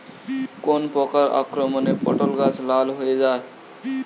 কোন প্রকার আক্রমণে পটল গাছ লাল হয়ে যায়?